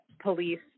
police